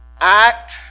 act